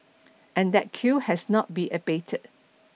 and that queue has not be abated